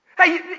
Hey